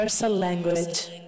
language